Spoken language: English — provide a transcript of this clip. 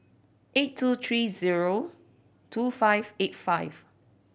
eight two three zero two five eight five